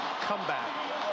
comeback